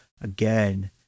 again